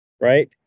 right